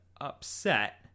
upset